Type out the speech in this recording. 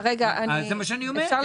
זה מה שאני אומר.